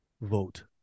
vote